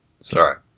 Sorry